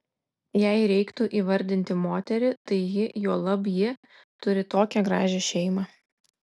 jei reiktų įvardinti moterį tai ji juolab ji turi tokią gražią šeimą